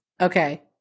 Okay